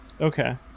Okay